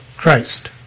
Christ